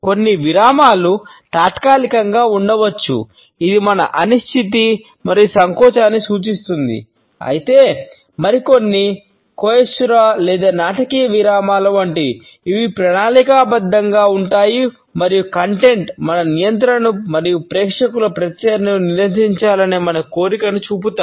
కొన్ని విరామాలు తాత్కాలికంగా ఉండవచ్చు ఇది మన అనిశ్చితి మరియు సంకోచాన్ని సూచిస్తుంది అయితే మరికొన్ని కైసురా మన నియంత్రణను మరియు ప్రేక్షకుల ప్రతిచర్యను నియంత్రించాలనే మన కోరికను చూపుతాయి